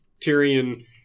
Tyrion